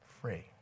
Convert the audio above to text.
free